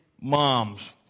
moms